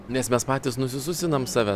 nes mes patys nusisusinam save